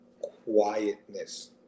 quietness